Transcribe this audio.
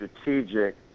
strategic